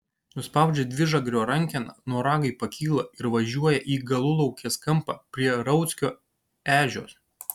nuspaudžia dvižagrio rankeną noragai pakyla ir važiuoja į galulaukės kampą prie rauckio ežios